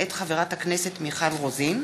מאת חברת הכנסת מיכל רוזין,